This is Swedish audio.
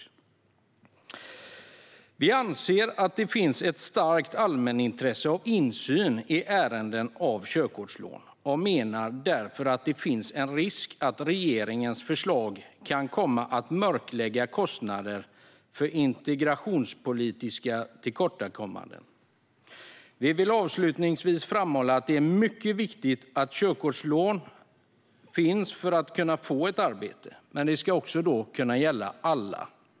Sverigedemokraterna anser att det finns ett starkt allmänintresse av insyn i ärenden om körkortslån och menar därför att det finns en risk att regeringens förslag kan komma att mörklägga kostnader för integrationspolitiska tillkortakommanden. Vi vill avslutningsvis framhålla att det är mycket viktigt att körkortslån finns för att man ska kunna få ett arbete, men det ska gälla alla.